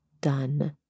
done